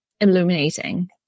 illuminating